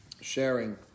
sharing